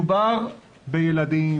מדובר בילדים,